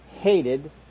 hated